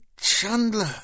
Chandler